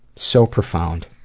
so profound.